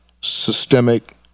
systemic